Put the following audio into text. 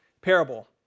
parable